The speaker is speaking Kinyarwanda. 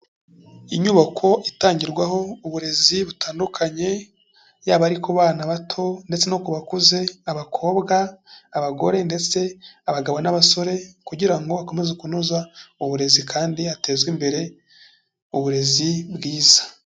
Inyubako itangirwaho uburezi butandukanye, yaba ari ku bana bato ndetse no ku bakuze, abakobwa, abagore ndetse abagabo n'abasore kugira ngo bakomeze kunoza uburezi kandi hatezwe imbere uburezi bwiza.